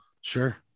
Sure